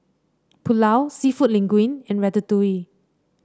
Pulao seafood Linguine and Ratatouille